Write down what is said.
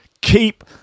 keep